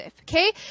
Okay